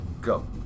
Go